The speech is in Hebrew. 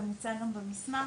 זה מוצג גם במסמך,